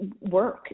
work